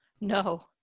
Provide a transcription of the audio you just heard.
No